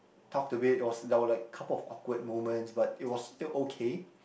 talked a bit it was there were like a couple of awkward moments but it was still okay